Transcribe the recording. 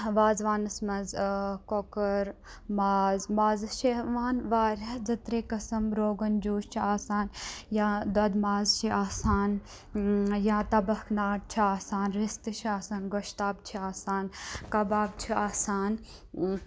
وازوانَس منٛز کۄکر ماز مازَس چھِ یِوان واریاہ زٕ ترٛےٚ قٕسٕم روگَن جوس چھِ آسان یا دۄدٕ ماز چھِ آسان یا تَبَکھ ناٹ چھِ آسان رِستہٕ چھِ آسان گۄشتاب چھِ آسان کَباب چھِ آسان